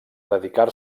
dedicar